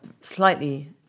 slightly